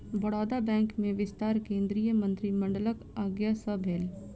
Baroda bank में विस्तार केंद्रीय मंत्रिमंडलक आज्ञा सँ भेल